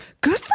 good